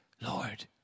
Lord